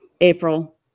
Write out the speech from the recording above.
April